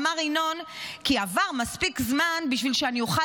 אמר ינון כי עבר מספיק זמן בשביל שאני אוכל